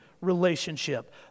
relationship